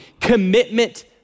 commitment